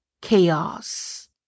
chaos